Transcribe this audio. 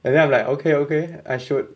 and then I'm like okay okay I should